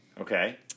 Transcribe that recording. Okay